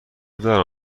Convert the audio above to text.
دارم